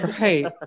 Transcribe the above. Right